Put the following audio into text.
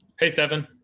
hey, stefan,